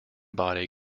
body